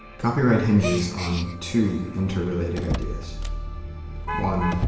copyright hinges on two interrelated ideas one,